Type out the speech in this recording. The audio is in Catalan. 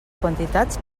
quantitats